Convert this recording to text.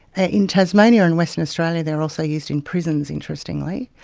ah in tasmania and western australia they're also used in prisons, interestingly.